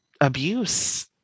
abuse